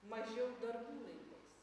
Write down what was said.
mažiau darbų laikais